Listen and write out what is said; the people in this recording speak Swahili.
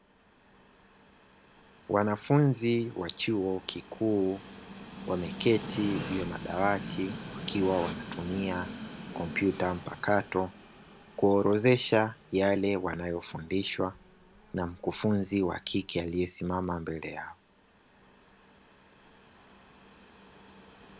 Wanafunzi wa chuo kikuu wameketi juu ya madawati wakiwa wanatumia kompyuta mpakato kuorodhesha yale wanayofundishwa na mkufunzi wa kike aliyesimama mbele yao.